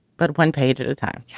but one page at a time.